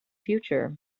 future